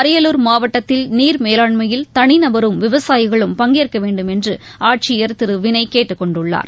அரியலூர் மாவட்டத்தில் நீர்மேலாண்மையில் தனிநபரும் விவசாயிகளும் பங்கேற்க வேண்டும் என்று ஆட்சியர் திரு வினய் கேட்டுக் கொண்டுள்ளார்